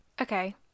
Okay